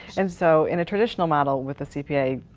and so in a traditional model with the cpa,